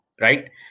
Right